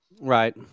Right